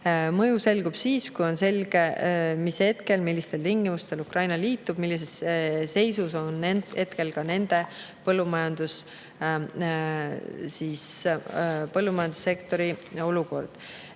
Mõju selgub siis, kui on selge, mis hetkel ja millistel tingimustel Ukraina liitub ning millises seisus on nende põllumajandussektori olukord.